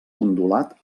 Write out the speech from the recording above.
ondulat